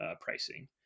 pricing